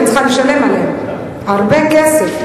כי אני צריכה לשלם עליהם הרבה כסף,